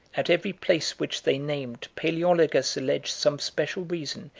at every place which they named, palaeologus alleged some special reason,